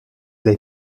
dai